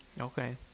Okay